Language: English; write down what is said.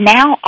Now